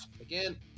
again